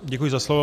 Děkuji za slovo.